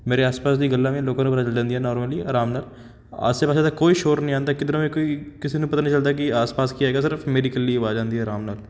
ਮੇਰੇ ਆਸ ਪਾਸ ਦੀਆਂ ਗੱਲਾਂ ਵੀ ਲੋਕਾਂ ਨੂੰ ਪਤਾ ਚੱਲ ਜਾਂਦੀਆਂ ਨੋਰਮਲੀ ਆਰਾਮ ਨਾਲ ਆਸੇ ਪਾਸੇ ਦਾ ਕੋਈ ਸ਼ੋਰ ਨਹੀਂ ਆਉਂਦਾ ਕਿੱਧਰੋਂ ਵੀ ਕੋਈ ਕਿਸੇ ਨੂੰ ਪਤਾ ਨਹੀਂ ਚੱਲਦਾ ਕਿ ਆਸ ਪਾਸ ਕੀ ਹੈਗਾ ਸਿਰਫ ਮੇਰੀ ਇਕੱਲੀ ਆਵਾਜ਼ ਆਉਂਦੀ ਆਰਾਮ ਨਾਲ